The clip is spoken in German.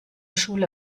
schule